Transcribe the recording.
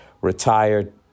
retired